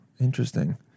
interesting